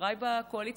חבריי בקואליציה,